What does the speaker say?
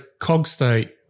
CogState